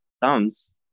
thumbs